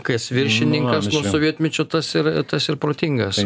kas viršininkas buvo sovietmečiu tas ir tas ir protingas